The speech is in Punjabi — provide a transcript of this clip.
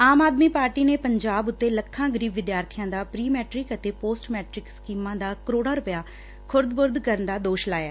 ਆਮ ਆਦਮੀ ਪਾਰਟੀ ਨੇ ਪੰਜਾਬ ਉਤੇ ਲੱਖਾਂ ਗਰੀਬ ਵਿਦਿਆਰਥੀਆਂ ਦਾ ਪ੍ਰੀ ਮੈਟ੍ਕਿ ਅਤੇ ਪੋਸਟ ਮੈਟ੍ਕਿਕ ਸਕੀਮ ਦਾ ਕਰੋੜਾਂ ਰੁਪੈ ਖੁਰਦ ਬੁਰਦ ਕਰਨ ਦਾ ਦੋਸ਼ ਲਾਇਐ